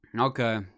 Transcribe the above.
Okay